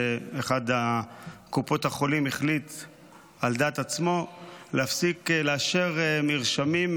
שאחת מקופות החולים החליטה על דעת עצמה להפסיק לאשר מרשמים,